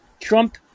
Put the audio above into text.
Trump